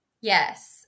Yes